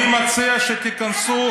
אני מציע שתיכנסו,